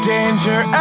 Danger